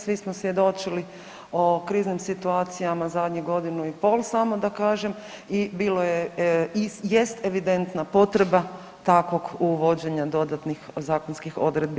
Svi smo svjedočili o kriznim situacijama zadnjih godinu i pol, samo da kažem i bilo je i jest evidentna potreba takvog uvođenja dodatnih zakonskih odredbi.